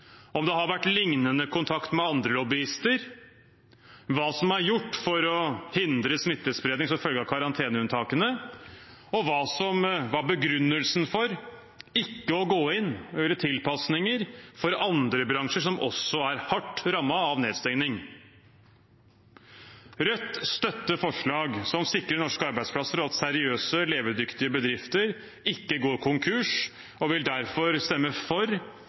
om det har vært lignende kontakt med andre lobbyister, hva som er gjort for å hindre smittespredning som en følge av karanteneunntakene, og hva som var begrunnelsen for ikke å gå inn og gjøre tilpasninger for andre bransjer som også er hardt rammet av nedstengning. Rødt støtter forslag som sikrer norske arbeidsplasser og at seriøse, levedyktige bedrifter ikke går konkurs, og vil derfor stemme for